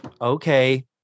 okay